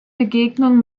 begegnung